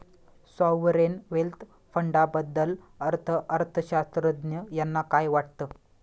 Sovereign wealth फंडाबद्दल अर्थअर्थशास्त्रज्ञ यांना काय वाटतं?